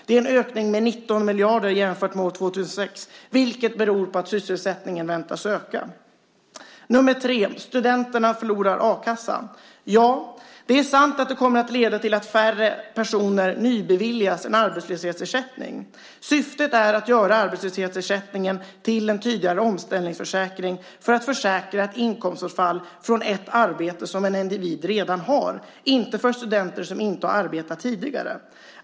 Det är en ökning med 19 miljarder jämfört med år 2006, vilket beror på att sysselsättningen väntas öka. 3. Studenterna förlorar a-kassan. Ja, det är sant att det kommer att leda till att färre personer nybeviljas en arbetslöshetsersättning. Syftet är att göra arbetslöshetsersättningen till en tydligare omställningsförsäkring för att försäkra mot inkomstbortfall från ett arbete som en individ redan har. Den ska inte vara för studenter som inte har arbetat tidigare.